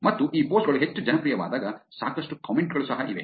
ಮತ್ತು ಈ ಪೋಸ್ಟ್ ಗಳು ಹೆಚ್ಚು ಜನಪ್ರಿಯವಾದಾಗ ಸಾಕಷ್ಟು ಕಾಮೆಂಟ್ ಗಳು ಸಹ ಇವೆ